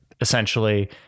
essentially